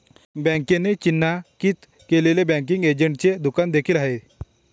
बँकेने चिन्हांकित केलेले बँकिंग एजंटचे दुकान देखील आहे